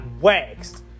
waxed